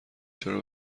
چرا